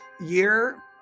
year